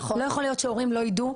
לא יכול להיות שהורים לא ידעו.